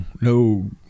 no